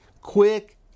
quick